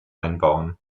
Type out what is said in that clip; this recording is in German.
einbauen